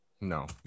No